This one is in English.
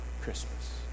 Christmas